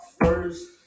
first